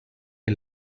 que